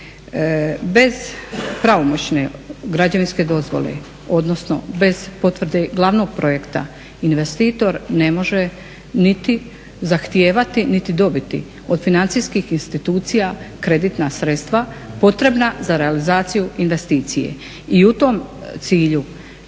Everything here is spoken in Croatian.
Bez pravomoćne građevinske dozvole, odnosno bez potvrde glavnog projekta investitor ne može niti zahtijevati niti dobiti od financijskih institucija kreditna sredstva potrebna za realizaciju investicije. I u tom cilju